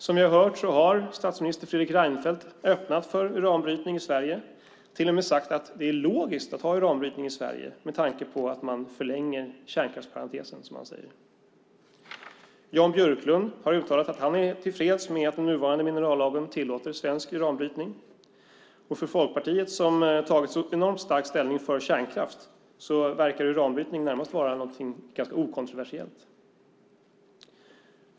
Som vi har hört har statsminister Fredrik Reinfeldt öppnat för uranbrytning i Sverige. Han har till och med sagt att det är logiskt att ha uranbrytning i Sverige med tanke på att man förlänger kärnkraftsparentensen. Jan Björklund har uttalat att han är tillfreds med att den nuvarande minerallagen tillåter svensk uranbrytning. För Folkpartiet, som tagit en så enormt stark ställning för kärnkraft, verkar uranbrytning närmast vara någonting ganska okontroversiellt.